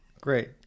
great